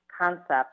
concepts